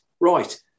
right